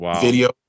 video